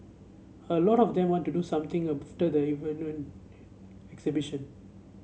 a lot of them want to do something after the exhibition